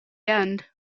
end